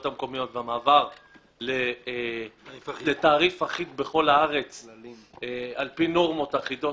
המקומיות והמעבר לתעריף אחיד בכל הארץ על פי נורמות אחידות.